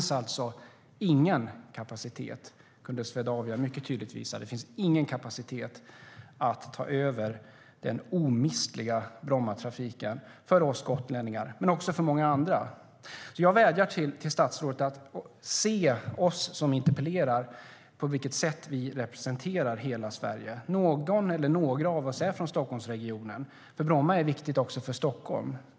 Swedavia kunde mycket tydligt visa att det inte finns någon kapacitet för Arlanda flygplats att ta över den för oss gotlänningar, och många andra, omistliga Brommatrafiken.Jag vädjar därför till statsrådet att se på vilket sätt vi som interpellerar representerar hela Sverige. Någon eller några av oss är från Stockholmsregionen, och Bromma flygplats är viktig även för Stockholm.